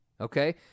Okay